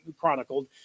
chronicled